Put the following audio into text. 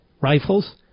rifles